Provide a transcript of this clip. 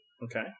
Okay